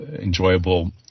enjoyable